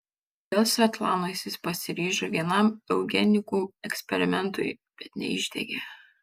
dėl svetlanos jis pasiryžo vienam eugenikų eksperimentui bet neišdegė